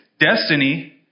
Destiny